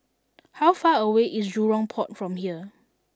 how far away is Jurong Port from here